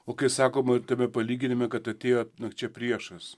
o kai sakoma tame palyginime kad atėjo nakčia priešas